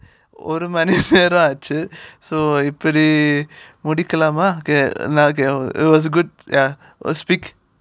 ஒரு மணி:oru mani நேரம் ஆச்சு:neram aachu so stop எப்படி முடிக்கலாமா:eppadi mudikalaamaa it was good ya it was speak